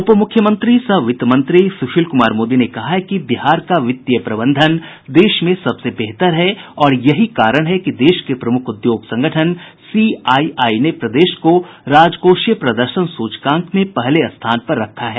उपमुख्यंत्री सह वित्त मंत्री सुशील कुमार मोदी ने कहा है कि बिहार का वित्तीय प्रबंधन देश में सबसे बेहतर है और यही कारण है कि देश के प्रमुख उद्योग संगठन सीआईआई ने प्रदेश को राजकोषीय प्रदर्शन सूचकांक में पहले स्थान पर रखा है